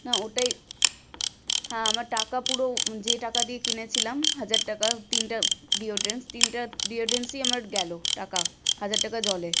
না ওটাই হ্যাঁ আমার টাকা পুরো যে টাকা দিয়ে কিনেছিলাম হাজার টাকা তিনটে ডিওডরেন্টস তিনটে ডেওডরেন্টসই আমার গেল টাকা হাজার টাকা জলে